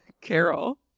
Carol